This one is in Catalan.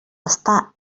està